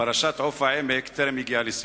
פרשת "עוף העמק" טרם הגיעה לסיומה.